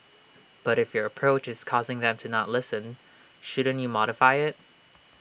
but if your approach is causing them to not listen shouldn't you modify IT